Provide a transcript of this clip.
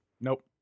Nope